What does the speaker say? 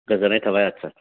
गोजोन्नाय थाबाय आत्सा आत्सा